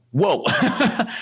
Whoa